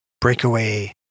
breakaway